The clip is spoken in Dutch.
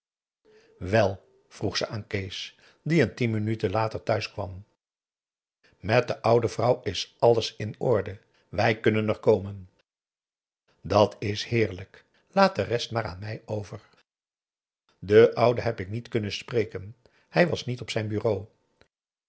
wel vroeg ze aan kees die een tien minuten later thuis kwam met de oude vrouw is alles in orde wij kunnen er komen dat is heerlijk laat de rest maar aan mij over den ouden heb ik niet kunnen spreken hij was niet op zijn bureau